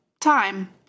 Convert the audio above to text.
time